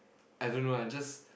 I don't know I just